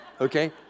Okay